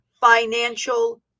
financial